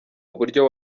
uburyo